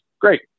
great